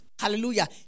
Hallelujah